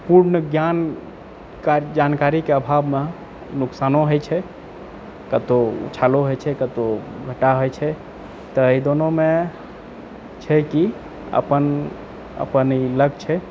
पूर्ण ज्ञानके जानकारीके आभावमे नुकसानो होइत छै कतहुँ उछालो होइत छै कतहूंँ घाटा होइत छै तऽ एहि दोनोमे छै कि अपन अपन ई लए कऽ छै